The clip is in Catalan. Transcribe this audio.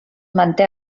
manté